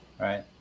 right